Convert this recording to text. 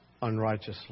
unrighteously